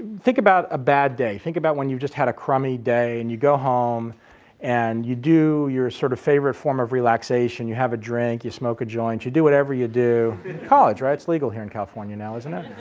think about a bad day, think about when you've just had a crummy day and you go home and you do your sort of favorite form of relaxation, you have a drink, you smoke a joint, you do whatever you do. college, right? it's legal here in california now, isn't it?